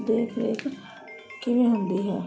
ਦੇਖ ਰੇਖ ਕਿਵੇਂ ਹੁੰਦੀ ਹੈ